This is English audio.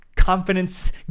Confidence